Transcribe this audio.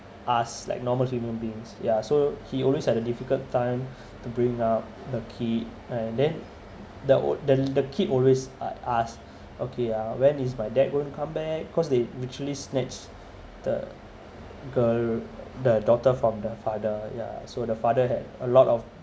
us like normal human beings yeah so he always had a difficult time to bring up the kid and then the the the kid always uh ask okay uh when is my dad going to come back cause they literally snatched the girl the daughter from the father yeah so the father had a lot of